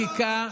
שלכם.